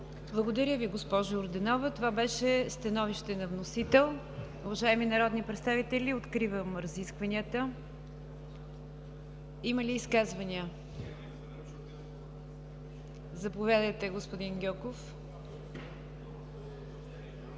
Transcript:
Благодаря Ви, госпожо Йорданова. Това беше становище на вносител. Уважаеми народни представители, откривам разискванията. Има ли изказвания? Заповядайте, господин Гьоков.